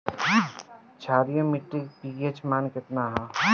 क्षारीय मीट्टी का पी.एच मान कितना ह?